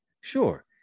Sure